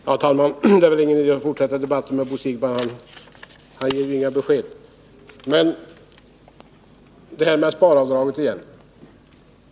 Herr talman! Det är väl ingen idé att fortsätta debatten med Bo Siegbahn; han ger ju inga besked. Men till. sparavdraget igen.